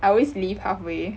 I always leave halfway